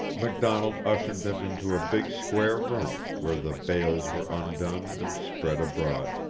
mcdonald ushered them into a big square room, where the bales were undone and spread abroad.